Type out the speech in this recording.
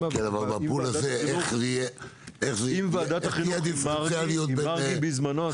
כפי שעשינו עם ועדת החינוך ועם מרגי בזמנו.